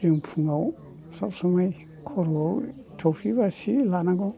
जों फुङाव सबसमाय खर'आव थफि बा सि लानांगौ